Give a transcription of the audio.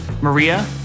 Maria